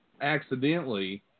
accidentally